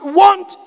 want